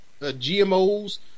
GMOs